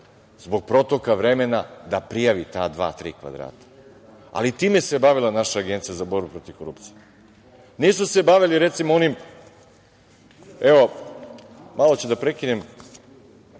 zbog protoka vremena da prijavi ta dva, tri kvadrata. Time se bavila naša Agencija za borbu protiv korupcije. Nisu se bavili recimo onim, evo, malo ću da prekinem